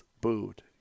Booed